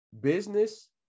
business